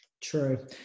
True